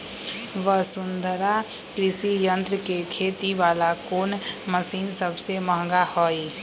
वसुंधरा कृषि यंत्र के खेती वाला कोन मशीन सबसे महंगा हई?